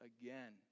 again